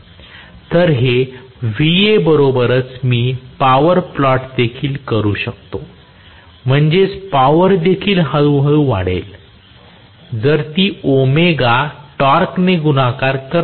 तर हे Va बरोबरच मी पॉवर प्लॉट देखील करू शकतो म्हणजे पॉवर देखील हळूहळू वाढेल कारण ती टॉर्कने गुणाकार करते